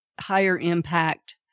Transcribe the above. higher-impact